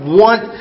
want